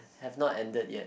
I am not ended yet